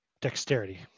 dexterity